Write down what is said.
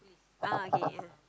ah okay ah